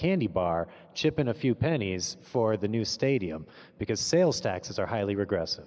candy bar chip in a few pennies for the new stadium because sales taxes are highly regre